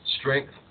strength